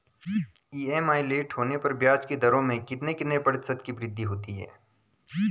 EMI late होने पर ब्याज की दरों में कितने कितने प्रतिशत की वृद्धि होती है?